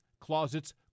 closets